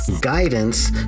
guidance